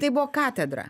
tai buvo katedra